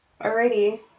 Alrighty